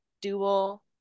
dual